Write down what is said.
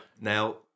Now